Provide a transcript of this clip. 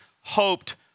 hoped